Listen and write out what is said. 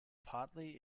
partly